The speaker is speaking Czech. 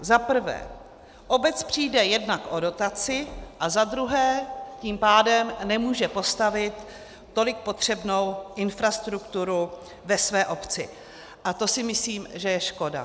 Za prvé, obec přijde jednak o dotaci, a za druhé tím pádem nemůže postavit tolik potřebnou infrastrukturu ve své obci a to si myslím, že je škoda.